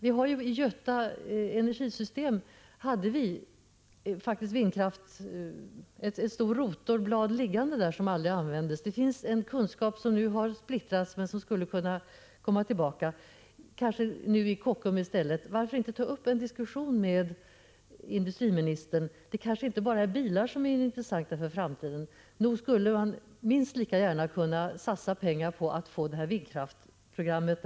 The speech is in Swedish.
Vi hade i Götaverken Energy Systems faktiskt ett stort rotorblad liggande som aldrig användes. Det finns en kunskap som nu är splittrad, men som kanske skulle kunna utnyttjas vid Kockums. Varför inte ta upp en diskussion med industriministern? Det är kanske inte bara bilar som är intressanta för framtiden. Nog skulle man minst lika gärna kunna satsa pengar på att få vindkraftsprogram?